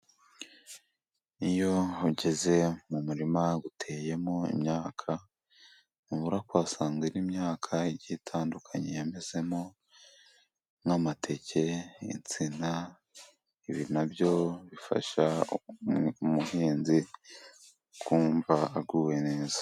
Iyo ugeze mu murima uteyemo imyaka ntubura kuhasanga indi myaka igiye itandukanye yamezemo. Nk'amateke, insina, ibi nabyo bifasha umuhinzi kumva aguwe neza.